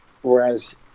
Whereas